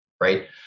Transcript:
right